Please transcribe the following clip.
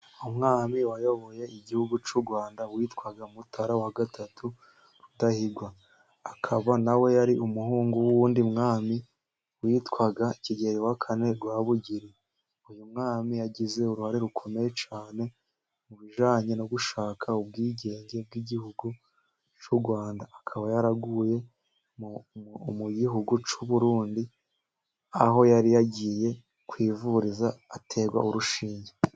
Umwami wayoboye igihugu cyu Rwanda witwaga Mutara Rudahigwa. Akaba nawe yari umuhungu w'undi mwami witwaga Kigeli Rwabugiri uyu mwami yagize uruhare rukomeye cyane mu bijanye no gushaka ubwigenge bw'igihugu cyu Rwanda, akaba yaraguye mu gihugu cy'Uburundi aho yari yagiye kwivuriza ategwa urushinge.